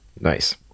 Nice